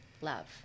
love